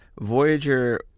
Voyager